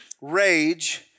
rage